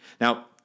Now